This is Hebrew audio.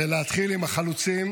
ולהתחיל עם החלוצים.